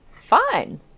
fine